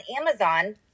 Amazon